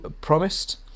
promised